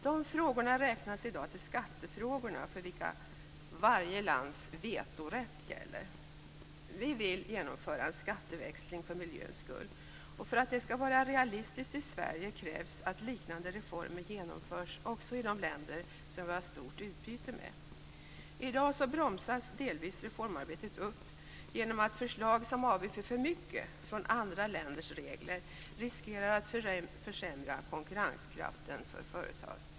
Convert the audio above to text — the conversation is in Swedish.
De frågorna räknas i dag till skattefrågorna, för vilka varje lands vetorätt gäller. Vi vill genomföra en skatteväxling för miljöns skull. För att det skall vara realistiskt i Sverige krävs att liknande reformer genomförs också i de länder som vi har stort utbyte med. I dag bromsas delvis reformarbetet upp genom att förslag som avviker för mycket från andra länders regler riskerar att försämra konkurrenskraften för företag.